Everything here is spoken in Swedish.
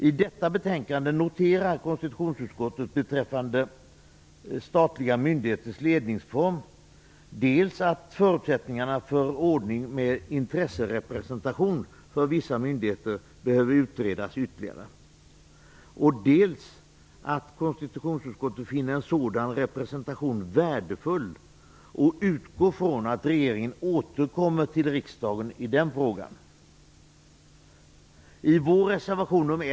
I detta betänkande noterar konstitutionsutskottet beträffande statliga myndigheters ledningsform dels att förutsättningarna för ordning med intresserepresentation för vissa myndigheter behöver utredas ytterligare, dels att konstitutionsutskottet finner en sådan representation värdefull och utgår från att regeringen återkommer till riksdagen i den frågan. I vår reservation nr.